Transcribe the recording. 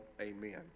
Amen